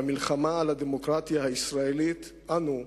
במלחמה על הדמוקרטיה הישראלית אנו,